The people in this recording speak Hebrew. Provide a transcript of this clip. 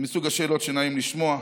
זה מסוג השאלות שנעים לשמוע.